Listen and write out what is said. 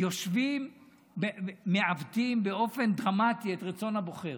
יושבים ומעוותים באופן דרמטי את רצון הבוחר.